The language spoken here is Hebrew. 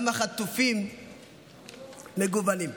גם החטופים מגוונים: